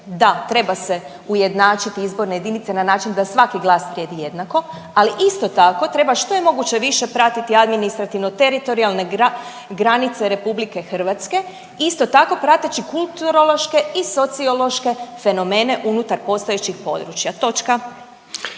Da treba se ujednačiti izborne jedinice na način da svaki glas vrijedi jednako, ali isto tako treba što je moguće više pratiti administrativno-teritorijalne granice RH, isto tako prateći kulturološke i sociološke fenomene unutar postojećih područja, točka.